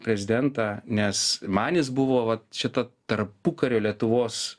prezidentą nes man jis buvo vat šita tarpukario lietuvos